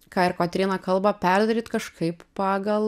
ką ir kotryna kalba perdaryt kažkaip pagal